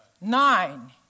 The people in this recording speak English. nine